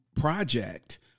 project